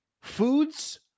Foods